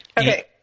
Okay